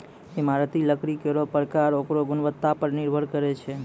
इमारती लकड़ी केरो परकार ओकरो गुणवत्ता पर निर्भर करै छै